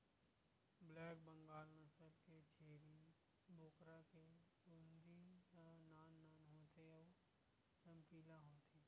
black Bengal नसल के छेरी बोकरा के चूंदी ह नान नान होथे अउ चमकीला होथे